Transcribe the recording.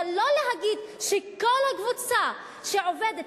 אבל לא להגיד שכל הקבוצה שעובדת,